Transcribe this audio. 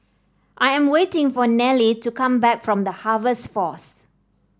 I am waiting for Nealy to come back from The Harvest Force